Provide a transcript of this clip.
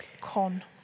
con